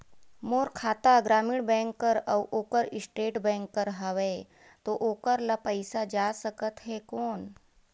मोर खाता ग्रामीण बैंक कर अउ ओकर स्टेट बैंक कर हावेय तो ओकर ला पइसा जा सकत हे कौन?